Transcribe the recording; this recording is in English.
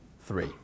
three